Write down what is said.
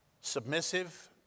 Submissive